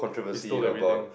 he stole everything